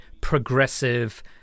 progressive